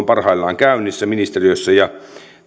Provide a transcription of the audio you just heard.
parhaillaan käynnissä ministeriössä ja